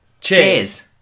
Cheers